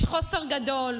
יש חוסר גדול.